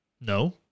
No